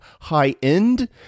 high-end